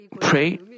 pray